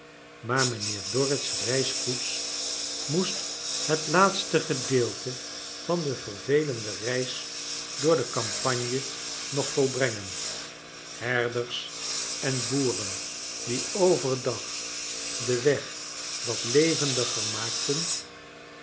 maar mijnheer dorrit's reiskoets moest het laatste gedeelte van de vervelende reis door de campagne nog volbrengen herders en boeren die overdag den weg wat levendiger maakten